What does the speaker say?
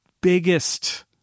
biggest